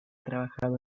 trabajado